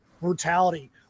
brutality